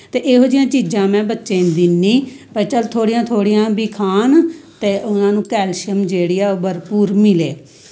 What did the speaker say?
ते एहो जेहियां चीजां में बच्चेई दिन्नी भाई चल थोह्ड़ियां थोह्ड़ियां बी खान ते उनां नू कैलशियम जेह्ड़ी भरपूर मिले